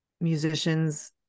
musicians